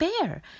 bear